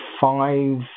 five